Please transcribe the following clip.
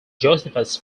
josephus